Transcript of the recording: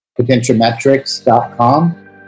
Potentiometrics.com